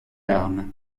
larmes